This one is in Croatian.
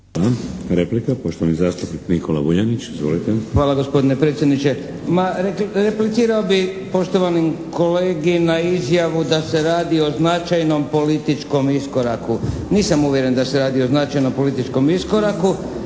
Hvala. Replika, poštovani zastupnik Nikola Vuljanić. Izvolite. **Vuljanić, Nikola (HNS)** Hvala gospodine predsjedniče. Replicirao bih poštovanom kolegi na izjavu da se radi o značajnom političkom iskoraku. Nisam uvjeren da se radi o značajnom političkom iskoraku